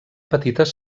petites